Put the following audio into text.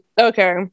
Okay